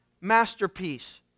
masterpiece